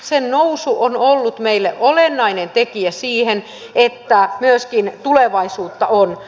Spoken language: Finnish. sen nousu on ollut meille olennainen tekijä siihen että myöskin tulevaisuutta on